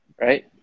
right